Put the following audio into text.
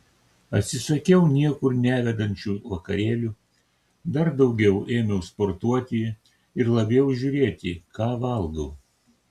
atsisakiau niekur nevedančių vakarėlių dar daugiau ėmiau sportuoti ir labiau žiūrėti ką valgau